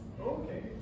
Okay